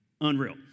Unreal